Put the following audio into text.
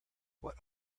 what